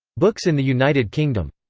books in the united kingdom